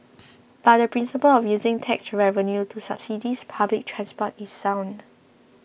but the principle of using tax revenue to subsidise public transport is sound